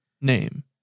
name